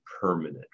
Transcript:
permanent